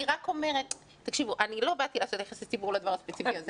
אני לא באתי לעשות יחסי ציבור לדבר הספציפי הזה.